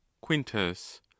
Quintus